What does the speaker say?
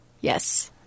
Yes